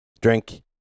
drink